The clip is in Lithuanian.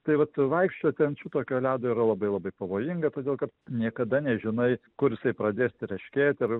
tai vat vaikščioti ant šitokio ledo yra labai labai pavojinga todėl kad niekada nežinai kur jisai pradės treškėti ir